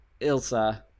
Ilsa